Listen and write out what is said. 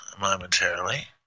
momentarily